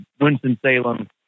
Winston-Salem